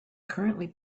currently